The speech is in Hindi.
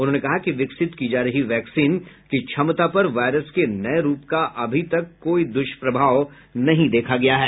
उन्होंने कहा कि विकसित की जा रही वैक्सीन की क्षमता पर वायरस के नए रूप का अभी तक कोई दुष्प्रभाव नहीं देखा गया है